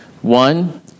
One